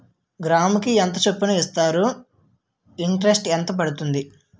గ్రాముకి ఎంత చప్పున ఇస్తారు? ఇంటరెస్ట్ ఎంత పడుతుంది?